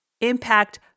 impact